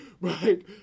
right